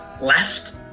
left